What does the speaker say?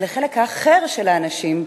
אבל לחלק האחר של האנשים,